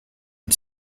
and